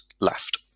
left